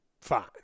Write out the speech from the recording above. fine